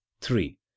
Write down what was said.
three